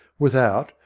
without,